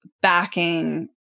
backing